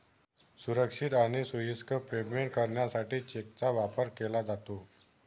सुरक्षित आणि सोयीस्कर पेमेंट करण्यासाठी चेकचा वापर केला जातो